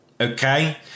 okay